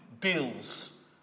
deals